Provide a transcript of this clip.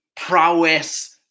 prowess